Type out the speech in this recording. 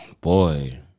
Boy